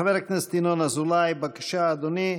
חבר הכנסת ינון אזולאי, בבקשה, אדוני.